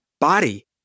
body